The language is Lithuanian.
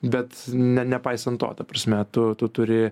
bet ne nepaisant to ta prasme tu tu turi